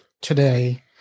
today